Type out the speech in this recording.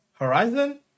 Horizon